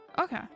Okay